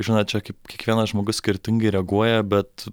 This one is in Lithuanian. žinot čia kaip kiekvienas žmogus skirtingai reaguoja bet